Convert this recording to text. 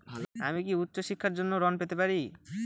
আমি কি উচ্চ শিক্ষার জন্য ঋণ পেতে পারি?